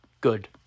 Good